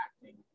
acting